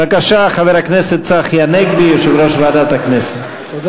בבקשה, יושב-ראש ועדת הכנסת צחי הנגבי.